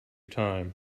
time